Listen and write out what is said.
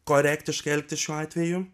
korektiškai elgtis šiuo atveju